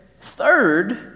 third